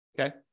Okay